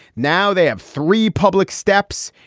now they have three public steps,